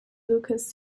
lucas